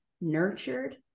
nurtured